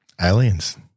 Aliens